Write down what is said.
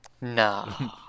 No